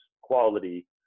quality